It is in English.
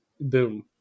boom